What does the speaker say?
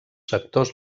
sectors